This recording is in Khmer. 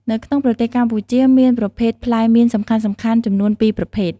នៅក្នុងប្រទេសកម្ពុជាមានប្រភេទផ្លែមៀនសំខាន់ៗចំនួន ពីរប្រភេទ។